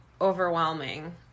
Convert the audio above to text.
overwhelming